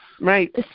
Right